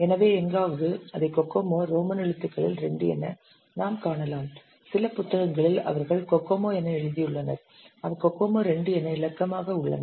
எனவே எங்காவது அதை கோகோமோ ரோமன் எழுத்துக்கள் II என நாம் காணலாம் சில புத்தகங்களில் அவர்கள் கோகோமோ என எழுதியுள்ளனர் அவை கோகோமோ 2 என இலக்கமாக உள்ளன